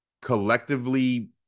collectively